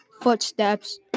footsteps